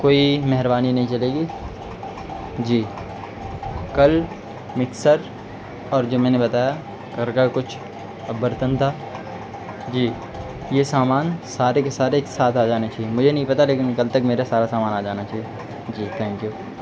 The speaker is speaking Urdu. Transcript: کوئی مہربانی نہیں چلے گی جی کل مکسر اور جو میں نے بتایا گھر کا کچھ برتن تھا جی یہ سامان سارے کے سارے ایک ساتھ آ جانے چاہیے مجھے نہیں پتا لیکن کل تک میرا سارا سامان آ جانا چاہیے جی تھینک یو